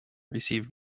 received